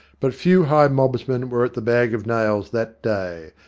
but few high mobsmen were at the bag of nails that day.